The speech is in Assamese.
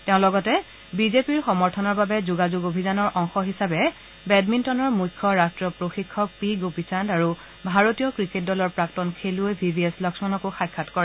তেওঁ লগতে বিজেপিৰ সমৰ্থনৰ বাবে যোগাযোগ অভিযানৰ অংশ হিচাপে বেডমিণ্টনৰ মুখ্য ৰট্টীয় প্ৰশিক্ষক পি গোপীচান্দ আৰু ভাৰতীয় ক্ৰিকেট দলৰ প্ৰাক্তন খেলুৱৈ ভি ভি এছ লক্সমনক সাক্ষাৎ কৰে